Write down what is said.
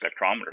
spectrometers